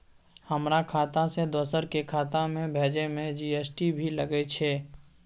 हमर खाता से दोसर के खाता में भेजै में जी.एस.टी भी लगैछे?